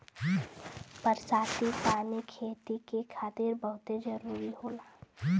बरसाती पानी खेती के खातिर बहुते जादा जरूरी होला